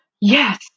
Yes